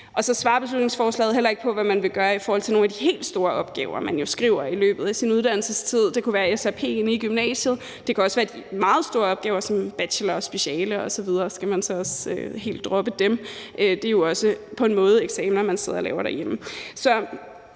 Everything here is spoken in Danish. Så svarer beslutningsforslaget heller ikke på, hvad man vil gøre i forhold til nogle af de helt store opgaver, som man jo skriver i løbet af sin uddannelsestid. Det kunne være SRP'en i gymnasiet, og det kan også være de meget store opgaver som bacheloropgave og speciale osv. – skal man så også helt droppe dem? Det er jo også på en måde eksamener, man sidder og laver derhjemme. Så